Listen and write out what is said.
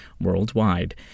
worldwide